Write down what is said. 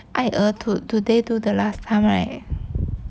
ai er today do the last time right